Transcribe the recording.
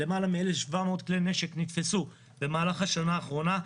למעלה מ-1,700 כלי נשק נתפסו במהלך השנה האחרונה.